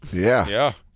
yeah. yeah.